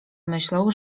myślą